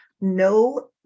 No